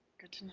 good to know.